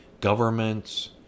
governments